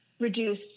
reduce